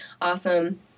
awesome